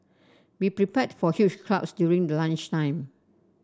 be prepared for huge crowds during the lunch time